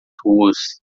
ruas